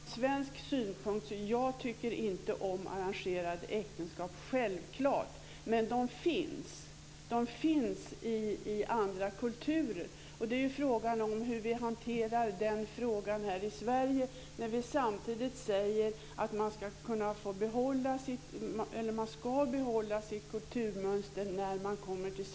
Fru talman! Jag säger ju att jag utifrån svensk utgångspunkt inte tycker om arrangerade äktenskap, självklart inte. Men de finns. De finns i andra kulturer. Frågan är hur vi hanterar frågan här i Sverige när vi samtidigt säger att man ska behålla sitt kulturmönster när man kommer hit.